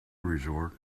resort